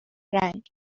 رنگ